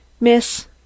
Miss